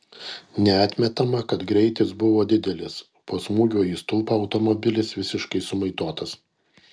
neatmetama kad greitis buvo didelis po smūgio į stulpą automobilis visiškai sumaitotas